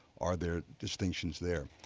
are there distinctions there?